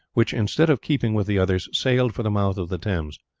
which, instead of keeping with the others, sailed for the mouth of the thames.